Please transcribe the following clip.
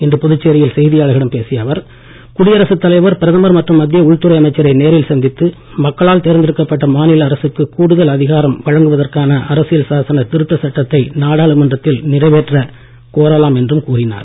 இன்று புதுச்சேரியில் செய்தியாளர்களிடம் பேசிய அவர் குடியரசுத் தலைவர் பிரதமர் மற்றும் மத்திய உள்துறை அமைச்சரை நேரில் சந்தித்து மக்களால் தேர்ந்தெடுக்கப்பட்ட மாநில அரசுக்கு கூடுதல் அதிகாரம் வழங்குவதற்கான சட்டத்தை நாடாளுமன்றத்தில் நிறைவேற்றக் கோரலாம் என்றும் கூறினார்